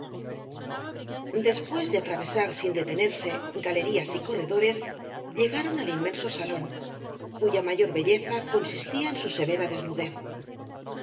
después de atravesar sin detenerse galerías y corredores llegaron al inmenso salón cuya mayor belleza consistía en su severa desnudez